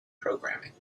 programming